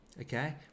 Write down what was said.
okay